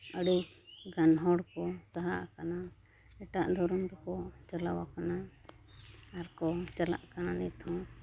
ᱟᱹᱰᱤᱜᱟᱱ ᱠᱚ ᱥᱟᱦᱟ ᱟᱠᱟᱱᱟ ᱮᱴᱟᱜ ᱫᱷᱚᱨᱚᱢ ᱨᱮᱠᱚ ᱪᱟᱞᱟᱣᱟᱠᱟᱱᱟ ᱟᱨᱠᱚ ᱪᱟᱞᱟᱜ ᱠᱟᱱᱟ ᱱᱤᱛᱦᱚᱸ